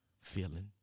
feeling